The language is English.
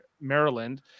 Maryland